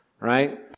right